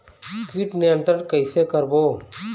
कीट नियंत्रण कइसे करबो?